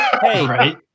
Hey